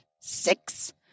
Six